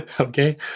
okay